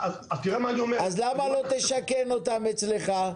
למה שלא תשכן אותם אצלך,